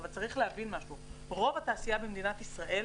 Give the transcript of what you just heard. אבל צריך להבין שרוב התעשייה במדינת ישראל